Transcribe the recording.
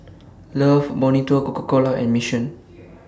Love Bonito Coca Cola and Mission